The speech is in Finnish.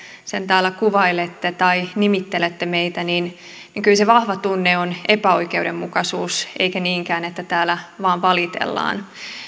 sen täällä kuvailette tai miten nimittelette meitä kyllä se vahva tunne on epäoikeudenmukaisuus eikä niinkään se että täällä vain valitellaan kannattaa